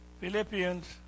Philippians